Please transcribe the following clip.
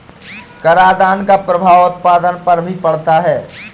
करादान का प्रभाव उत्पादन पर भी पड़ता है